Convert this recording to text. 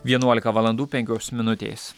vienuolika valandų penkios minutės